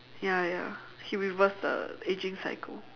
ya ya he reverse the ageing cycle